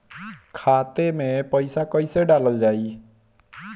खाते मे पैसा कैसे डालल जाई?